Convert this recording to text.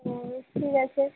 ও ঠিক আছে